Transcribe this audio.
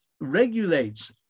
regulates